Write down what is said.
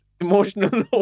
emotional